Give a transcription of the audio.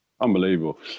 unbelievable